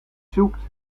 zoekt